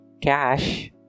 cash